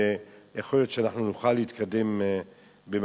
ויכול להיות שאנחנו נוכל להתקדם במשהו.